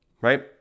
right